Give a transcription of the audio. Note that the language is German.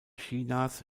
chinas